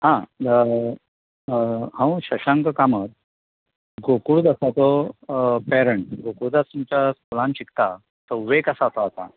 आ हाव शशांक कामत गोकुळदासाचो पेरंट गोकुळदास तुमच्या स्कूलान शिकता सव्वेक आसा तो आता